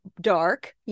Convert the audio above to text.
dark